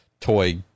toy